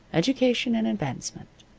education and advancement.